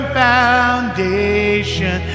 foundation